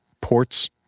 ports